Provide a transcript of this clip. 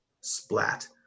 Splat